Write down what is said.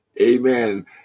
Amen